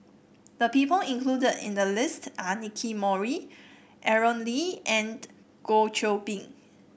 the people included in the list are Nicky Moey Aaron Lee and Goh Qiu Bin